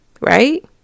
right